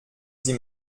sie